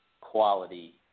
quality